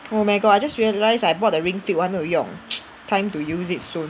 oh my god I just realized I bought the ring fill 我还没有用 time to use it soon